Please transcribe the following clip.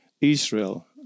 Israel